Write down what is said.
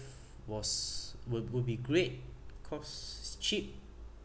was would would be great cause cheap